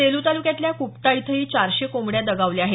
सेलू तालुक्यातील कुपटा इथंही चारशे कोंबड्या दगावल्या आहेत